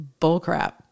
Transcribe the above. bullcrap